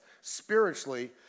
spiritually